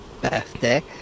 birthday